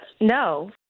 no